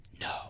No